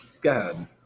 God